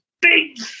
big